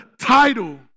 title